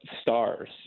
stars